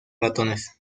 ratones